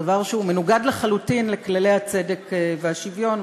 דבר שהוא מנוגד לחלוטין לכללי הצדק והשוויון,